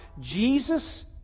Jesus